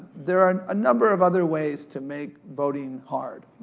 there are a number of other ways to make voting hard.